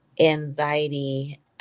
anxiety